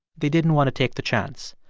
they didn't want to take the chance.